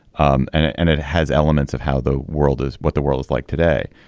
um and it has elements of how the world is what the world is like today.